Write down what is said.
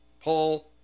Paul